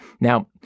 Now